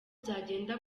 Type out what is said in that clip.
byagenda